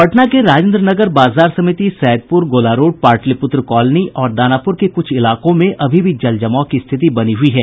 पटना के राजेंद्रनगर बाजार समिति सैदप्र गोलारोड पाटलिपूत्र कॉलोनी और दानापूर के क्छ इलाकों में अभी भी जलजमाव की स्थिति बनी हयी है